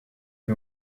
wie